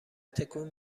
تکون